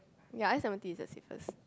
ya ice lemon tea is the safest